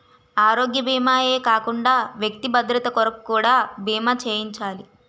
ఆరోగ్య భీమా ఏ కాకుండా వ్యక్తి భద్రత కొరకు కూడా బీమా చేయించాలి